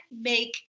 make